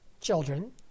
children